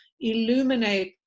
illuminate